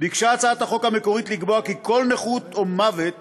ביקשה הצעת החוק המקורית לקבוע כי כל נכות או מוות